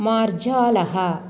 मार्जालः